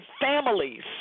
families